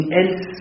else